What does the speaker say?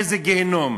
לאיזה גיהינום?